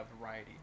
variety